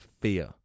fear